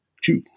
two